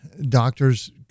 doctors